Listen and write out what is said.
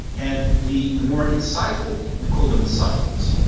and the the more insightful people, call them insightfuls,